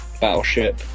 battleship